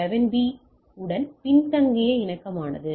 11 B உடன் பின்தங்கிய இணக்கமானது